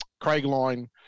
craigline